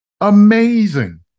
Amazing